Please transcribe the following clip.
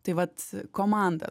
tai vat komanda